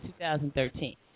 2013